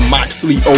Moxley